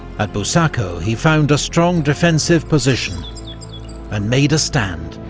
at bucaco, he found a strong defensive position and made a stand.